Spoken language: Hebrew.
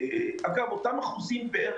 ברגע שהם יסדירו ויסבירו מה לגבי התשלומים,